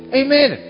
amen